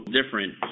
different